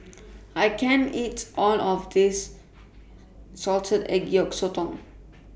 I can't eat All of This Salted Egg Yolk Sotong